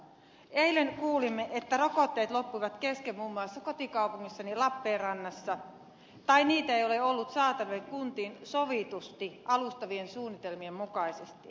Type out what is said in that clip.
eilen kuulimme että rokotteet loppuivat kesken muun muassa kotikaupungissani lappeenrannassa tai niitä ei ole ollut saatavilla kuntiin sovitusti alustavien suunnitelmien mukaisesti